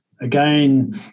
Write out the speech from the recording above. again